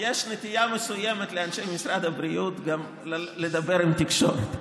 יש נטייה מסוימת לאנשי משרד הבריאות גם לדבר עם התקשורת,